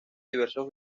diversos